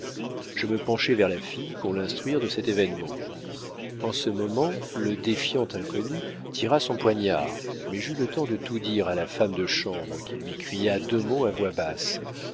je me penchai vers la fille pour l'instruire de cet événement en ce moment le défiant inconnu tira son poignard mais j'eus le temps de tout dire à la femme de chambre qui lui cria deux mots à voix basse